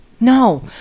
No